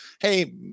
hey